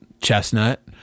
chestnut